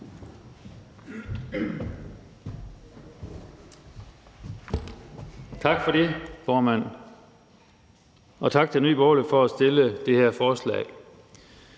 Tak for det formand, og tak til Nye Borgerlige for at fremsætte det her forslag.